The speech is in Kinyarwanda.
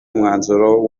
umwanzuro